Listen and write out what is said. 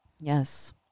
Yes